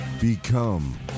Become